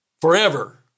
Forever